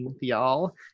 y'all